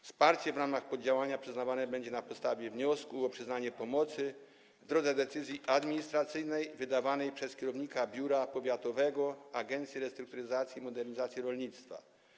Wsparcie w ramach poddziałania przyznawane będzie na podstawie wniosku o przyznanie pomocy, w drodze decyzji administracyjnej wydawanej przez kierownika biura powiatowego Agencji Restrukturyzacji i Modernizacji Rolnictwa.